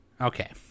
Okay